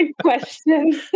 questions